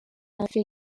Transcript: félicien